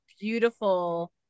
beautiful